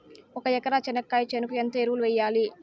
ఒక ఎకరా చెనక్కాయ చేనుకు ఎంత ఎరువులు వెయ్యాలి?